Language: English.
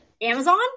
Amazon